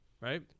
right